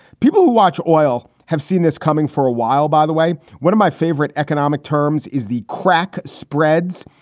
people who watch oil have seen this coming for a while, by the way. one of my favorite economic terms is the crack spreads.